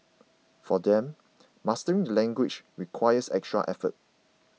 for them mastering the language requires extra effort